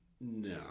no